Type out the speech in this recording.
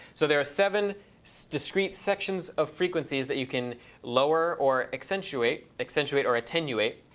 so there are seven so discrete sections of frequencies that you can lower or accentuate, accentuate or attenuate.